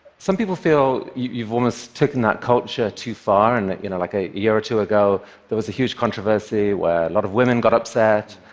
some people feel you've almost taken that culture too far, and you know like a year or two ago there was a huge controversy where a lot of women got upset.